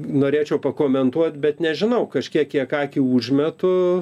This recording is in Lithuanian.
norėčiau pakomentuot bet nežinau kažkiek kiek akį užmetu